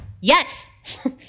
yes